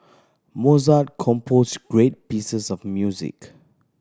Mozart composed great pieces of music